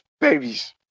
babies